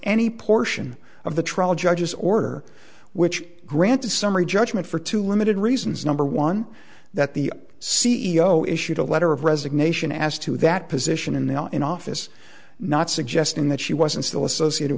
any portion of the trial judge's order which granted summary judgment for two limited reasons number one that the c e o issued a letter of resignation as to that position in the in office not suggesting that she wasn't still associated